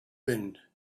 wind